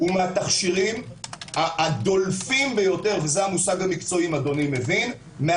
הא מהדולפים ביותר זה המונח המקצועי לא